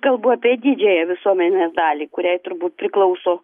kalbu apie didžiąją visuomenės dalį kuriai turbūt priklauso